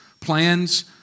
Plans